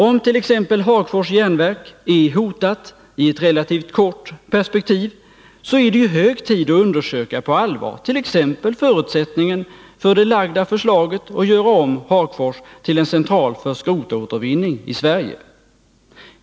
Om exempelvis Hagfors järnverk är hotat i ett relativt kort perspektiv, så är det ju hög tid att på allvar undersöka förutsättningarna för det framlagda förslaget att göra om Hagfors till en central för skrotåtervinning i Sverige.